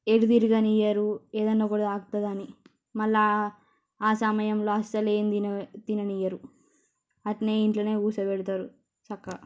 ఎటు తిరగనియ్యరు ఏదన్నా ఒకటి తాకతోందని మళ్ళా ఆ సమయంలో అస్సల ఏం తినని తిననియ్యరు అట్టనే ఇంట్లోనే కూర్చోబెడతారు చక్కగా